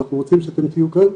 אנחנו רוצים שאתם תהיו כאן,